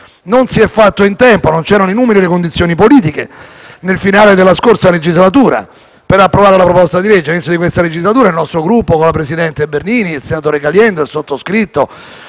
Non si è fatto in tempo, in quanto non c'erano i numeri e le condizioni politiche, nel finale della scorsa legislatura, per approvare la proposta di legge. All'inizio di questa legislatura, il nostro Gruppo qui in Senato, attraverso la presidente Bernini, il senatore Caliendo, il sottoscritto